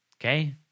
Okay